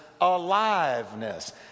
aliveness